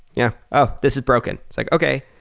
yeah oh, this is broken. it's like, okay.